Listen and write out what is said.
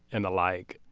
and the like.